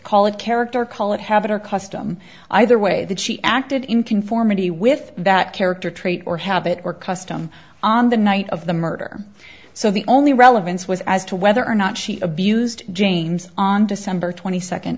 call it character call it habit or custom either way that she acted in conformity with that character trait or habit or custom on the night of the murder so the only relevance was as to whether or not she abused james on december twenty second